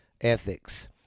ethics